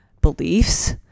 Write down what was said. beliefs